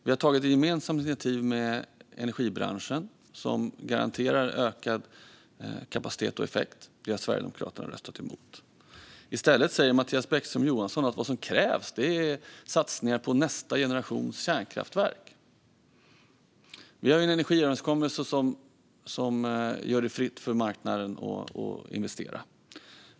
Vi har tillsammans med energibranschen tagit ett gemensamt initiativ som garanterar ökad kapacitet och effekt. Det har Sverigedemokraterna röstat emot. I stället säger Mattias Bäckström Johansson att vad som krävs är satsningar på nästa generations kärnkraftverk. Vi har en energiöverenskommelse som gör det fritt för marknaden att investera.